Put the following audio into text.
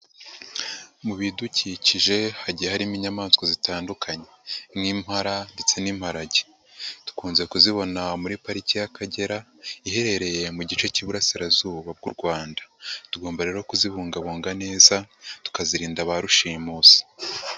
Mu bidukikije hagiye harimo inyamaswa zitandukanye nk'impara ndetse n'imparage, dukunze kuzibona muri pariki y'Akagera, iherereye mu gice cy'iburasirazuba bw'u Rwanda, tugomba rero kuzibungabunga neza, tukazirinda ba rushimusi.